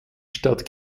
stadt